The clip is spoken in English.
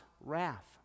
wrath